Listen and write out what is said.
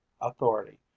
authority